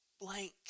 blank